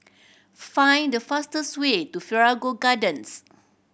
find the fastest way to Figaro Gardens